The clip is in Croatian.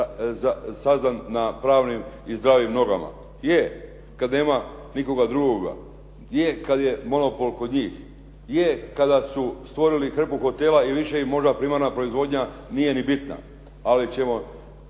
sazdan na pravnim i zdravim nogama. Je, kad nema nikoga drugoga, je kad je monopol kod njih, gdje kad je monopol kod njih, je kada su stvorili hrpu hotela i više im možda primarna proizvodnja nije ni bitna, ali ćemo,